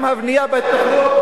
גם הבנייה בהתנחלויות.